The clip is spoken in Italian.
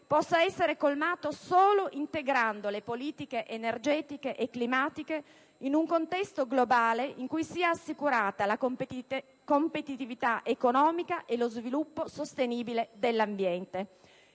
possa essere colmato solo integrando la politiche energetiche e climatiche in un contesto globale in cui sia assicurata la competitività economica e lo sviluppo sostenibile dell'ambiente.